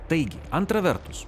taigi antra vertus